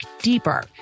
deeper